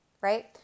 right